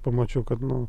pamačiau kad nu